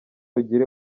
ugire